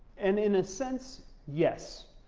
and in a sense, yes.